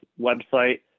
website